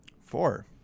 Four